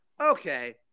Okay